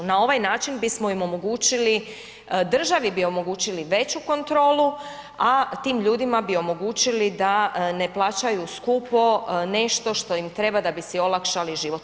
Na ovaj način bismo im omogućili, državi bi omogućili veću kontrolu, a tim ljudima bi omogućili da ne plaćaju skupo nešto što im treba da bi si olakšali život.